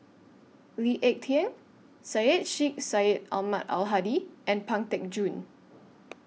Lee Ek Tieng Syed Sheikh Syed Ahmad Al Hadi and Pang Teck Joon